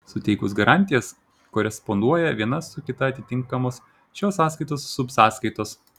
suteikus garantijas koresponduoja viena su kita atitinkamos šios sąskaitos subsąskaitos